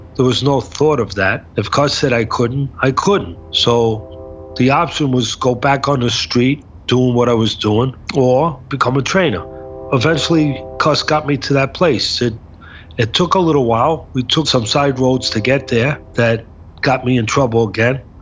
there was no thought of that. if cus said i couldn't, i couldn't. so the option was go back on the street, doing what i was doing, or become a trainer eventually, cus got me to that place. it took a little while. we took some side roads to get there, that got me in trouble again,